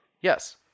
Yes